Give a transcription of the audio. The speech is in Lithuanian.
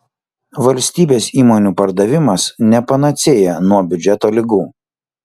valstybės įmonių pardavimas ne panacėja nuo biudžeto ligų